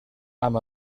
amb